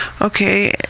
okay